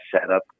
setup